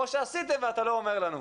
או שעשיתם ואתה לא אומר לנו.